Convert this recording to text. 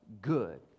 good